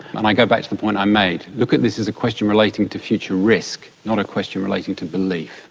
um i go back to the point i made look at this as a question relating to future risk, not a question relating to belief.